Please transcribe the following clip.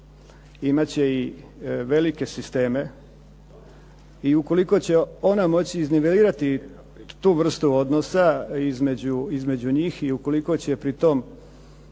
imat će i velike sisteme i ukoliko će ona moći iznivelirati tu vrstu odnosa između njih i ukoliko će pri tom